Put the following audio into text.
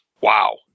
Wow